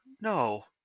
no